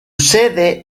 sede